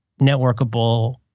networkable